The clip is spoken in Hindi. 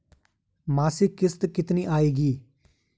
मासिक किश्त कितनी आएगी?